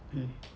mm